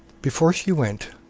before she went,